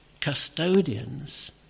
custodians